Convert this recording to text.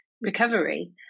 recovery